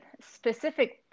specific